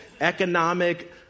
economic